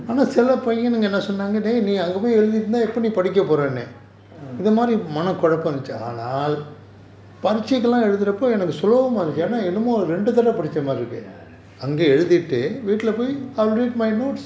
ya